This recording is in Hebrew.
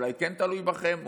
אולי כן תלוי בכם,